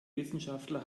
wissenschaftler